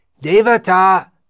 Devata